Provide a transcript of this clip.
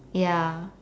ya